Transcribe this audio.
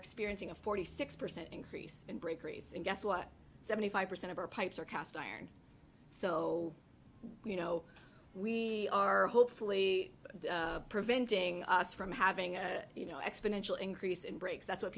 experiencing a forty six percent increase in break rates and guess what seventy five percent of our pipes are cast iron so you know we are hopefully preventing us from having a you know exponential increase in breaks that's what